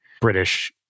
British